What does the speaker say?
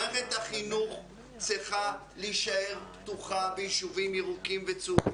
מערכת החינוך צריכה להישאר פתוחה ביישובים ירוקים וצהובים.